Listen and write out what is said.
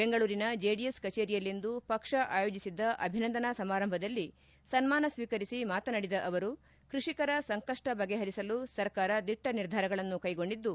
ಬೆಂಗಳೂರಿನ ಜೆಡಿಎಸ್ ಕಚೇರಿಯಲ್ಲಿಂದು ಪಕ್ಷ ಆಯೋಜಿಸಿದ್ದ ಅಭಿನಂದನಾ ಸಮಾರಂಭದಲ್ಲಿ ಸನ್ಮಾನ ಸ್ವೀಕರಿಸಿ ಮಾತನಾಡಿದ ಅವರು ಕೃಷಿಕರ ಸಂಕಪ್ಪ ಬಗೆಹರಿಸಲು ಸರ್ಕಾರ ದಿಟ್ಟ ನಿರ್ಧಾರಗಳನ್ನು ಕೈಗೊಂಡಿದ್ದು